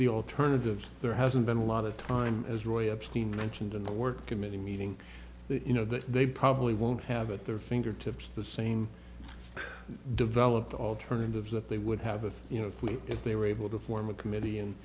the alternatives there hasn't been a lot of time as roy obscene mentioned in the work committee meeting you know that they probably won't have at their fingertips the same developed alternatives that they would have of you know if they were able to form a committee and